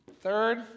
Third